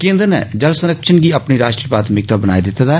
कान्द्र नै जल संरक्षण गी अपनी राष्ट्री प्राथमिकता बनाई दिता ऐ